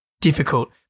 difficult